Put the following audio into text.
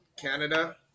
canada